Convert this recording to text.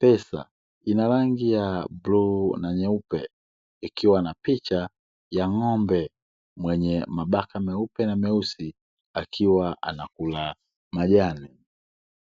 pesa. Ina rangi ya bluu na nyeupe, ikiwa na picha ya ng'ombe mwenye mabaka meupe na meusi akiwa anakula majani.